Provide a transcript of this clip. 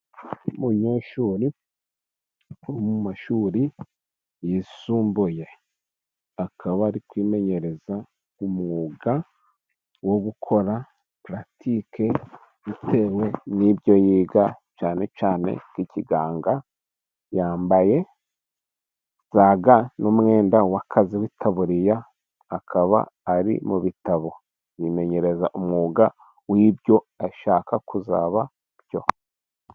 Umunyeshuri wo mu mashuri yisumbuye, akaba ari kwimenyereza umwuga wo gukora paratike bitewe n'ibyo yiga, cyane cyane nk' ikiganga, yambaye za ga n'umwenda w'akazi w'itataburiya, akaba ari mu bitabo. Yimenyereza umwuga w'ibyo ashaka kuzaba byo.